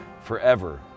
forever